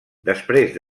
després